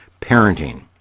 parenting